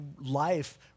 life